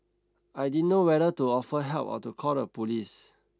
I didn't know whether to offer help or to call the police